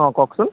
অঁ কওকচোন